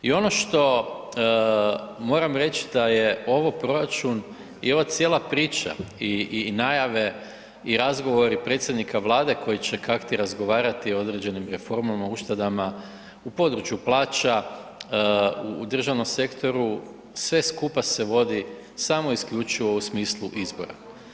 I ono što moram reći da je ovo proračun i ova cijela priča i najave i razgovori predsjednika Vlade koji će kakti razgovarati o određenim reformama, uštedama u području plaća u državnom sektoru sve skupa se vodi samo isključivo u smislu izbora.